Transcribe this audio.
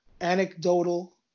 anecdotal